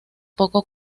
poco